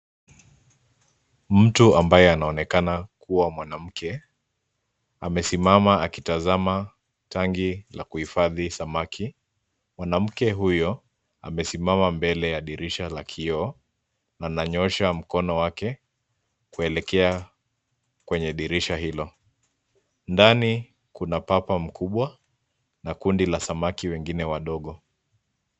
Mtu ambaye anaonekana kuwa mwanamke, amesimama akitazama tangi la kuhifadhi samaki. Mwanamke huyo amesimama mbele ya dirisha la kioo ananyoosha mkono wake kuelekea kwenye dirisha hilo. Ndani kuna papa mkubwa na kundi la samaki wengine wadogo.